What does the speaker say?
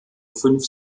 fünf